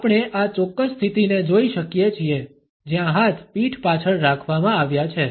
આપણે આ ચોક્કસ સ્થિતિને જોઈ શકીએ છીએ જ્યાં હાથ પીઠ પાછળ રાખવામાં આવ્યા છે